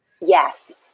Yes